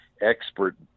expert